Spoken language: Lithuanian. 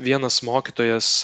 vienas mokytojas